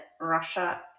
Russia